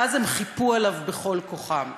ואז הם חיפו עליו בכל כוחם.